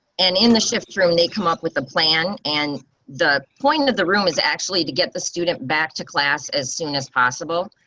and in the shift room they come up with a plan and the point of the room is actually to get the student back to class as soon as possible.